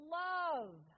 love